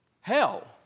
hell